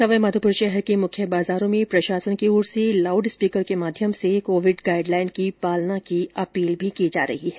सवाई माधोपुर शहर के मुख्य बाजारों में प्रशासन की ओर से लाउड स्पीकर के माध्यम से कोविड गाइड लाइन की पालना की अपील की जा रही है